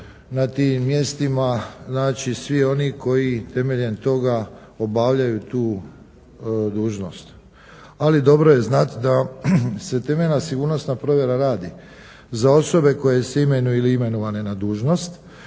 na tim mjestima. Znači, svi oni koji temeljem toga obavljaju tu dužnost. Ali dobro je znati da se temeljna sigurnosna provjera radi za osobe koje se imenuju ili imenovane na dužnost,